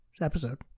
episode